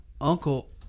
uncle